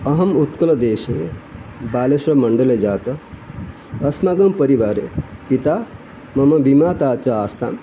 अहम् उत्कुलदेशे बालेश्वरमण्डले जातः अस्माकं परिवारे पिता मम विमाता च आस्ताम्